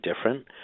different